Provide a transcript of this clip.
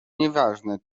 nieważne